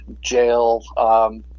jail